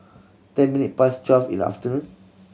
ten minute past twelve in the afternoon